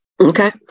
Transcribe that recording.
Okay